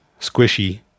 squishy